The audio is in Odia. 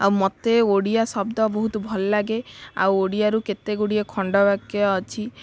ଆଉ ମୋତେ ଓଡ଼ିଆ ଶବ୍ଦ ବହୁତ ଭଲ ଲାଗେ ଓଡ଼ିଆରୁ କେତେ ଗୁଡ଼ିଏ ଖଣ୍ଡବାକ୍ୟ ଅଛି